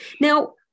now